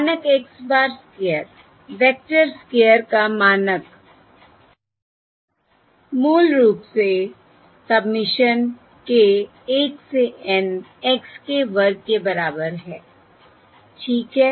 मानक x bar square vector square का मानक मूल रूप से सबमिशन k 1 से N x k वर्ग के बराबर है ठीक है